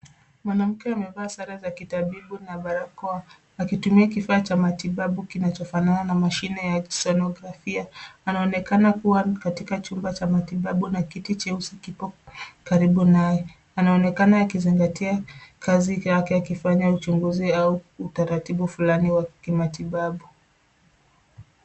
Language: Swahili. Mwanamke amevaa sare za kitabibu na barakoa akitumia kifaa cha matibabu kinachofanana na mashine ya sonografia. Anaonekana kuwa katika chumba cha matibabu na kiti cheusi kipo karibu naye. Anaonekana akizingatia kazi yake akifanya uchunguzi au utaratibu fulani wa kimatibabu.